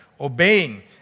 Obeying